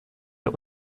der